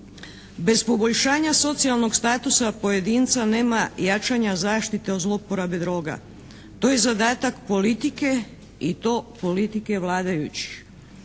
Bez poboljšanja socijalnog statusa pojedinca nema jačanja zaštite od zlouporabe droga. To je zadatak politike i to politike vladajućih.